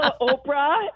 Oprah